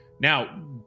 Now